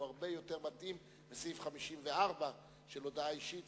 הוא הרבה יותר מתאים מסעיף 54 של הודעה אישית.